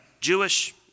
Jewish